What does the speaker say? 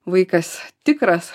vaikas tikras